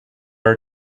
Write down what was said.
are